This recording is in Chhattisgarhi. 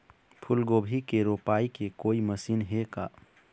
फूलगोभी के रोपाई के कोई मशीन हे का?